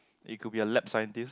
it could be a lab scientist